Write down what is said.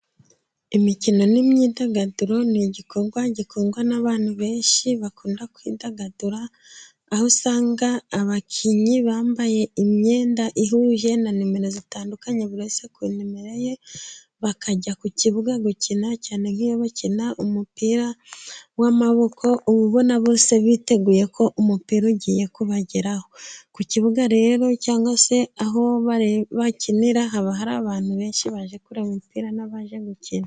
Imikino n'imyidagaduro ni igikorwa gikundwa n'abantu benshi bakunda kwidagadura, aho usanga abakinnyi bambaye imyenda ihuye na nimero zitandukanye buri wese kuri numero ye, bakajya ku kibuga gukina cyane nk'iyo bakina umupira w'amaboko, uba ubona bose biteguye ko umupira ugiye kubageraho. Ku kibuga rero cyangwa se aho bakinira, haba hari abantu benshi baje kureraba umupira n'abaje gukina.